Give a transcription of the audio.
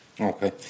Okay